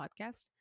podcast